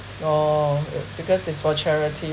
oh it because it's for charity